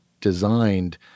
designed